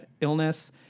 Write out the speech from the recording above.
illness